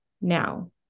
now